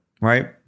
right